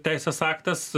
teisės aktas